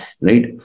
Right